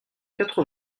quatre